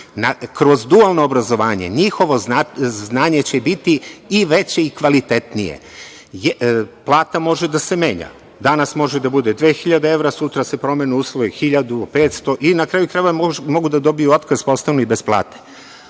Kroz dualno obrazovanje njihovo znanje će biti i veće i kvalitetnije. Plata može da se menja. Danas može da bude 2.000 evra, sutra se promene uslovi 1.000, 500 i na kraju krajeva mogu da dobiju otkaz, pa ostanu i bez plate. Znači,